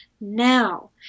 now